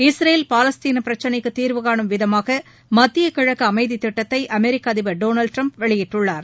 Israel பாலஸ்தீன பிரச்சளைக்கு தீர்வுகானும் விதமாக மத்திய கிழக்கு அமைதி திட்டத்தை அமெரிக்க அதிபர் திரு டொனால் டிரம்ப் வெளியிட்டுள்ளார்